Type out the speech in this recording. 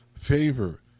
favor